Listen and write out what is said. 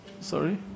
Sorry